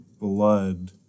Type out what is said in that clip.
blood